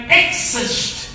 exist